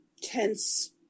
tense